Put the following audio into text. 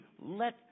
let